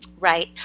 Right